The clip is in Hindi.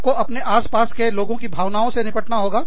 आपको अपने आसपास के लोगों की भावनाओं से निपटना होगा